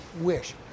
wish